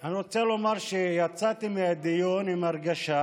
אני רוצה לומר שיצאתי מהדיון בהרגשה